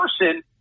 person